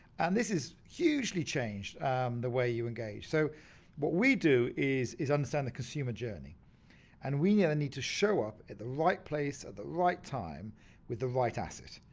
and this is hugely changed the way you engage. so what we do is is understand the consumer journey and we need to show up at the right place at the right time with the right asset.